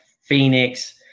Phoenix